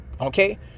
okay